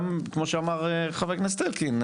גם כמו שאמר חבר הכנסת אלקין,